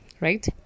right